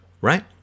right